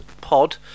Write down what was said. pod